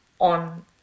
on